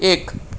એક